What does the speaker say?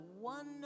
one